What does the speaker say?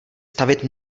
stavit